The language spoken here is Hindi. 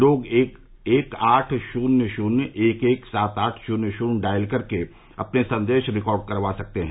लोग एक आठ शून्य शून्य एक एक सात आठ शून्य शून्य डायल कर अपने संदेश रिकार्ड करा सकते हैं